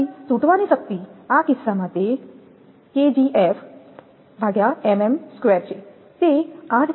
પછી તૂટવાની શક્તિ આ કિસ્સામાં તે 𝑘𝑔𝑓 𝑚𝑚2 છે તે 8